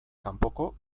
kanpoko